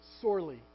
sorely